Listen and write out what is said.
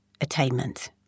attainment